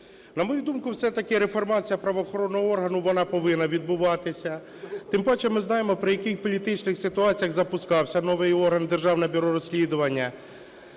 На мою думку, все-таки реформація правоохоронного органу, вона повинна відбуватися, тим паче ми знаємо, при яких політичних ситуаціях запускався новий орган - Державне бюро розслідування.